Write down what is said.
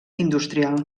industrial